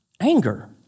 anger